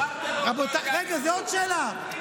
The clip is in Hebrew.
אמרתם, רבותיי, רגע, זו עוד שאלה.